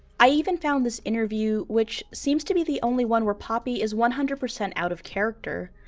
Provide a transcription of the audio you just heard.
i even found this interview which seems to be the only one where poppy is one hundred percent out of character.